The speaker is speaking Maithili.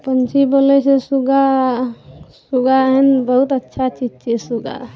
पक्षी बोलै छै सूगा सूगा एहेन बहुत अच्छा चीज छियै सूगा